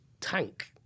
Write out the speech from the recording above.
tank